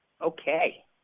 Okay